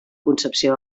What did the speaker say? concepció